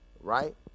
right